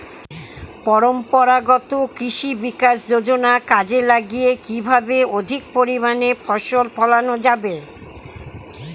পরম্পরাগত কৃষি বিকাশ যোজনা কাজে লাগিয়ে কিভাবে অধিক পরিমাণে ফসল ফলানো যাবে?